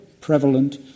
prevalent